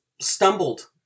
stumbled